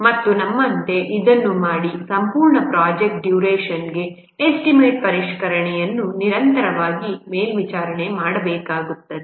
ಮತ್ತು ನಮ್ಮಂತೆ ಇದನ್ನು ಮಾಡಿ ನಾವು ಸಂಪೂರ್ಣ ಪ್ರಾಜೆಕ್ಟ್ ಡ್ಯುರೇಷನ್ಗೆ ಎಸ್ಟಿಮೇಟ್ ಪರಿಷ್ಕರಣೆಯನ್ನು ನಿರಂತರವಾಗಿ ಮೇಲ್ವಿಚಾರಣೆ ಮಾಡಬೇಕಾಗುತ್ತದೆ